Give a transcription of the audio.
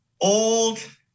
old